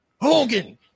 Hogan